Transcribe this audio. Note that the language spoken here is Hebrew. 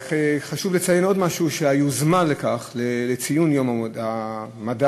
חשוב לציין עוד משהו, שהיוזמה לציון יום המדע,